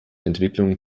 entwicklung